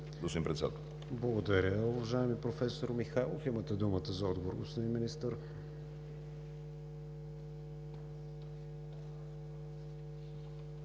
Благодаря